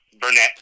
Burnett